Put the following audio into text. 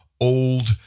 old